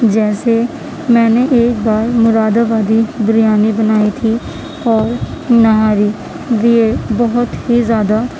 جیسے میں نے ایک بار مرادآبادی بریانی بنائی تھی اور نہاری بھی بہت ہی زیادہ